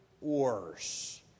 worse